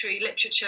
literature